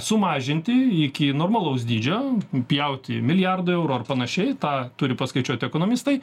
sumažinti iki normalaus dydžio pjauti milijardą eurų ar panašiai tą turi paskaičiuoti ekonomistai